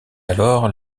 alors